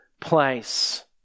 place